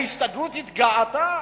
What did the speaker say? ההסתדרות התגאתה